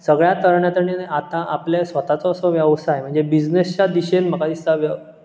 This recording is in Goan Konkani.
सगळ्या तरनाटे ट्यांनी आतां आपले स्वताचो असो वेवसाय म्हन्जे बिझनसच्या दिशेन म्हाका दिसता वेव